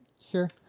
Sure